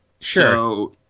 sure